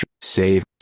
save